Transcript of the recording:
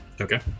Okay